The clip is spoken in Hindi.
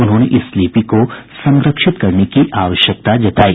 उन्होंने इस लिपि को संरक्षित करने की आवश्यकता जतायी